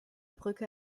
brücke